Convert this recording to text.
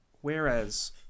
whereas